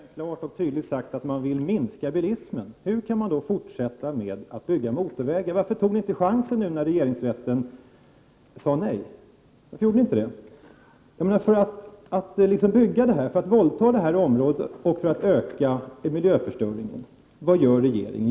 Fru talman! För några veckor sedan uttalade regeringen klart och tydligt att man vill minska bilismen. Hur kan man då fortsätta med att bygga motorvägar? Varför tog inte regeringen chansen när regeringsrätten sade nej? Genom att bygga denna motorväg våldtar man det här området och ökar miljöförstöringen. Vad gör då regeringen?